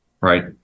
right